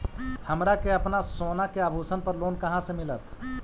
हमरा के अपना सोना के आभूषण पर लोन कहाँ से मिलत?